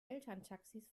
elterntaxis